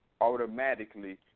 automatically